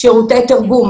שירותי תרגום.